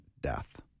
death